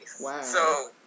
Wow